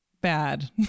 bad